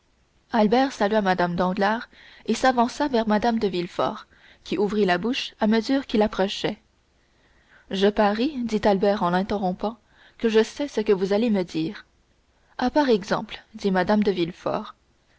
albert salua mme danglars et s'avança vers mme de villefort qui ouvrit la bouche à mesure qu'il approchait je parie dit albert en l'interrompant que je sais ce que vous allez me dire ah par exemple dit mme de